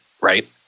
right